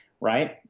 Right